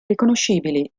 riconoscibili